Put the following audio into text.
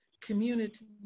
community